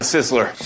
Sizzler